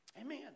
amen